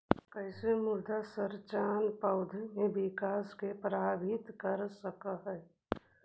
कईसे मृदा संरचना पौधा में विकास के प्रभावित कर सक हई?